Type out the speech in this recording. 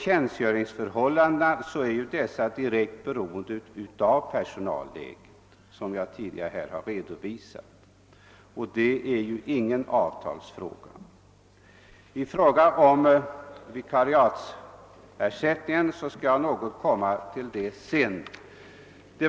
Tjänstgöringsförhållandena är direkt beroende av personalläget, såsom jag tidigare har redovisat, och personalläget är ingen avtalsfråga. Vikariatsersättningen skall jag i någon mån gå in på senare.